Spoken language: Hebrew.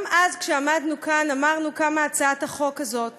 גם אז כשעמדנו כאן אמרנו כמה הצעת החוק הזאת